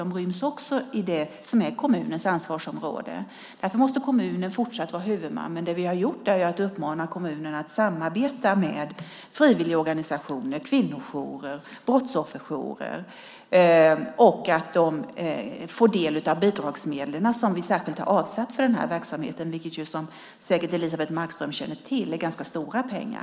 De ryms också i det som är kommunens ansvarsområde. Därför måste kommunen fortsatt vara huvudman. Det vi har gjort är ju att uppmana kommunerna att samarbeta med frivilligorganisationer, kvinnojourer och brottsofferjourer, och att de får del av de bidragsmedel som vi särskilt har avsatt för den här verksamheten, vilket som säkert Elisebeht Markström känner till är ganska stora pengar.